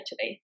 today